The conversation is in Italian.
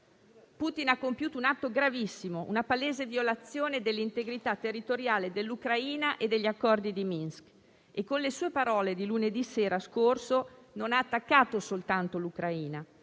Putin ha compiuto un atto gravissimo, una palese violazione dell'integrità territoriale dell'Ucraina e del Protocollo di Minsk, e con le sue parole dello scorso lunedì sera ha attaccato non soltanto l'Ucraina,